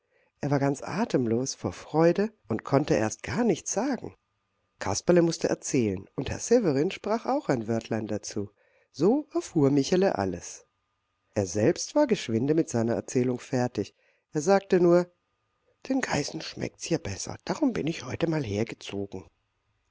er war ganz atemlos vor freude und konnte erst gar nichts sagen kasperle mußte erzählen und herr severin sprach auch ein wörtlein dazu so erfuhr michele alles er selbst war geschwinde mit seiner erzählung fertig er sagte nur den geißen schmeckt's hier besser darum bin ich heute mal hergezogen